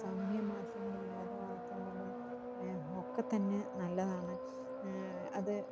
സാമൂഹിക മാധ്യമങ്ങൾ വിനോദ വാർത്തകൾ ഒക്കെത്തന്നെ നല്ലതാണ് അത്